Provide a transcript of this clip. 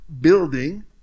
building